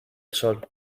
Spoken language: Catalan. sol